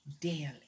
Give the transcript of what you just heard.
daily